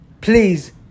Please